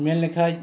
ᱧᱮᱞ ᱞᱮᱠᱷᱟᱱ